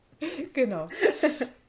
Genau